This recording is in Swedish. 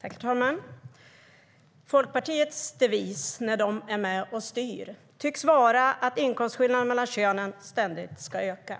Herr talman! Folkpartiets devis när de är med och styr tycks vara att inkomstskillnaderna mellan könen ständigt ska öka.